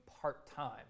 part-time